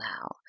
now